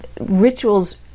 rituals